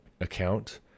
account